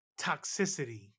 toxicity